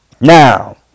Now